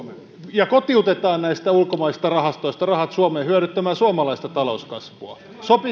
ja kotiutetaan näistä ulkomaalaisista rahastoista rahat suomeen hyödyttämään suomalaista talouskasvua